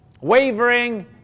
Wavering